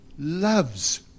Loves